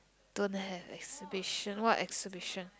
don't have exhibition what exhibition